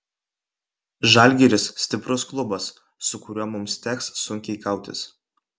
žalgiris stiprus klubas su kuriuo mums teks sunkiai kautis